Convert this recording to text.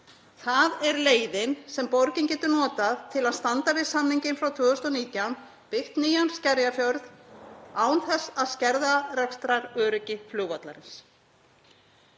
Það er leiðin sem borgin getur notað til að standa við samninginn frá 2019 og byggja nýjan Skerjafjörð án þess að skerða rekstraröryggi flugvallarins.